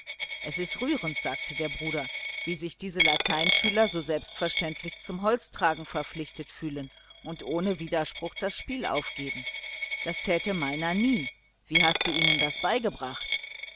es ist rührend sagte der bruder wie sich diese lateinschüler so selbstverständlich zum holztragen verpflichtet fühlen und ohne widerspruch das spiel aufgeben das täte meiner nie wie hast du ihnen das beigebracht